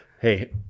Hey